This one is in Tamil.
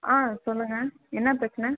ஆ சொல்லுங்கள் என்ன பிரச்சனை